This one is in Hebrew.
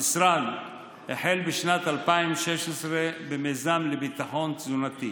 המשרד החל בשנת 2016 במיזם לביטחון תזונתי